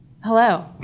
Hello